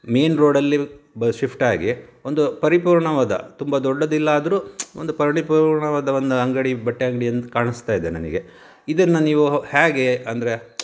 main ರೋಡಲ್ಲಿ ಬ ಶಿಫ್ಟಾಗಿ ಒಂದು ಪರಿಪೂರ್ಣವಾದ ತುಂಬ ದೊಡ್ಡದಿಲ್ಲ ಆದರು ಒಂದು ಪರಿಪೂರ್ಣವಾದ ಒಂದು ಅಂಗಡಿ ಬಟ್ಟೆ ಅಂಗಡಿ ಅಂತ ಕಾಣಿಸ್ತಾ ಇದೆ ನನಗೆ ಇದನ್ನು ನೀವು ಹೇಗೆ ಅಂದರೆ